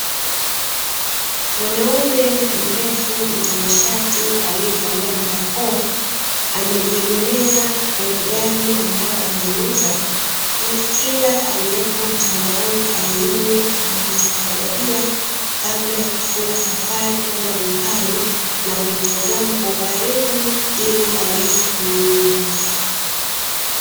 Mwanaume mrefu mtanashati aliyevalia barakoa amejiegemeza kwenye gari ambayo anaiuza, ili kila aliyeko mtandaoni aione na kuistajabia kabla ya kufunga safari kwenda dukani na kuitazama kwa ukaribu ili aweze kununua.